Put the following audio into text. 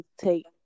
take